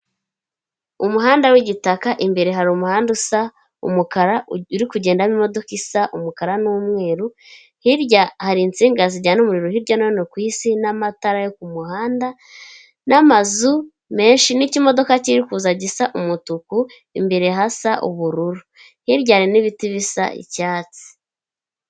Umuhanda w'igitaka imbere hari umuhanda usa umukara uri kugenda n'imodoka isa umukara n'umweru, hirya hari insinga zijyana umuriro hirya no hino ku Isi n'amatara yo ku muhanda n'amazu menshi n'ikimodoka kiri kuza gisa umutuku, imbere hasa ubururu hirya hari n'ibiti bisa icyatsi.